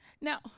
Now